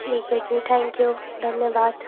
ठीक है फिर थैंक यू धन्यवाद